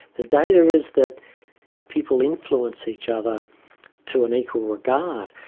the data is that people influence each other to an equal regard.